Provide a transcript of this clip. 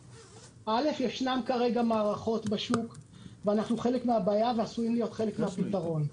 יש כרגע מערכות בשוק ואנחנו חלק מן הבעיה ועשויים להיות חלק מן הפתרון.